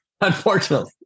unfortunately